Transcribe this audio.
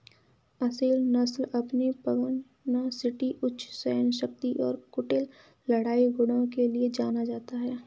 असील नस्ल अपनी पगनासिटी उच्च सहनशक्ति और कुटिल लड़ाई गुणों के लिए जाना जाता है